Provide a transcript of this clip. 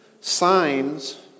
signs